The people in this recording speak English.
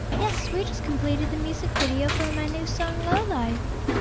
yes! we just completed the music video for my new song lowlife.